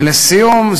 ולסיום,